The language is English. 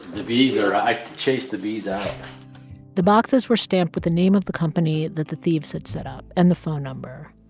the bees are i chased the bees out the boxes were stamped with the name of the company that the thieves had set up and the phone number.